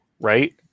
right